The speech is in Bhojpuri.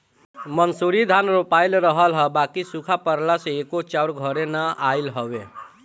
मंसूरी धान रोपाइल रहल ह बाकि सुखा पड़ला से एको चाउर घरे ना आइल हवे